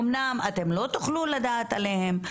אמנם אתם לא תוכלו לדעת עליהם,